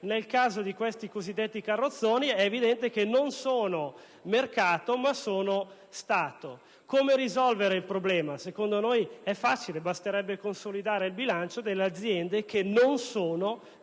nel caso di questi cosiddetti carrozzoni, è evidente che non sono mercato, ma Stato. Come risolvere il problema? Secondo noi è facile: basterebbe consolidare il bilancio delle aziende che non sono